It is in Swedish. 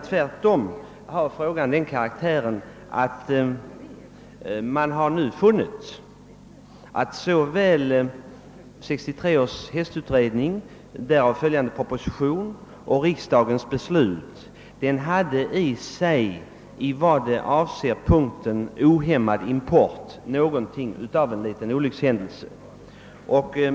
Tvärtom har man nu funnit att såväl 1963 års hästutrednings förslag som därpå grundad proposition och riksdagens beslut innebar en liten olyckshändelse vad beträffar frågan om ohämmad import.